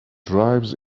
drives